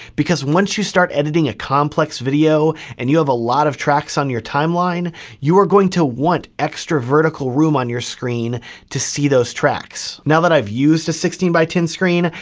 because once you start editing a complex video and you have a lot of tracks on your timeline you are going to want extra vertical room on your screen to see those tracks. now that i've used a sixteen by ten screen,